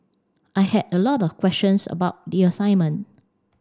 I had a lot of questions about the assignment